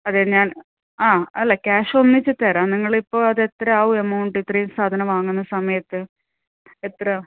അതെ ഞാൻ ആ അല്ല ക്യാഷ് ഒന്നിച്ച് തരാം നിങ്ങളിപ്പോൾ അത് എത്രയാകും എമൗണ്ട് സാധനം വാങ്ങുന്ന സമയത്ത് എത്ര